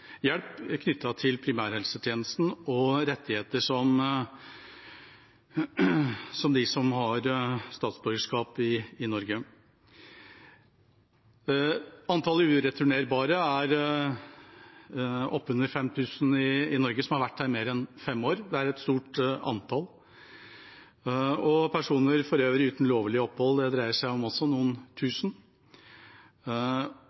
hjelp knyttet til primærhelsetjenesten og de samme rettigheter som de som har statsborgerskap i Norge. Antall ureturnerbare som har vært her i Norge mer enn fem år, er oppunder 5 000. Det er et stort antall. Personer for øvrig uten lovlig opphold dreier seg også om noen